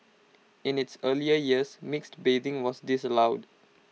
in its earlier years mixed bathing was disallowed